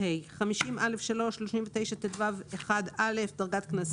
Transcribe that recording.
50א239יד(ג)ה 50א339טו1(א)ה